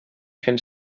fent